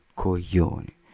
coglioni